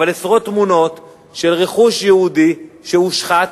אבל עשרות תמונות של רכוש יהודי שהושחת